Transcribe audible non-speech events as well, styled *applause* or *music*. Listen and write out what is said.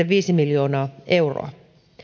*unintelligible* viisi miljoonaa euroa